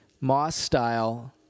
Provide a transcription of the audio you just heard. Moss-style